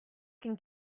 can